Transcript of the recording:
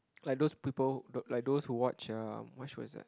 like those people like those who watch uh what show is that